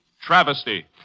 Travesty